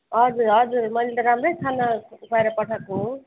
हजुर हजुर मैले त राम्रै खाना खुवाएर पठाएको हो